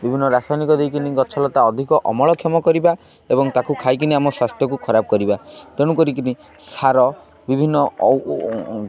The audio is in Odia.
ବିଭିନ୍ନ ରାସାୟନିକ ଦେଇକିନି ଗଛ ଲତା ଅଧିକ ଅମଳକ୍ଷମ କରିବା ଏବଂ ତାକୁ ଖାଇକିନି ଆମ ସ୍ୱାସ୍ଥ୍ୟକୁ ଖରାପ କରିବା ତେଣୁ କରିକିନି ସାର ବିଭିନ୍ନ